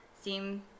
seem